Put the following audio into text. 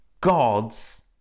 God's